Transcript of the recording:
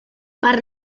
per